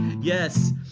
Yes